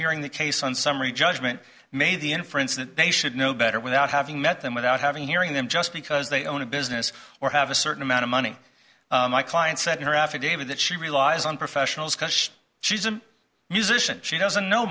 hearing the case on summary judgment made the inference that they should know better without having met them without having hearing them just because they own a business or have a certain amount of money my client said in her affidavit that she relies on professionals cush she's a musician she doesn't know